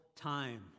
time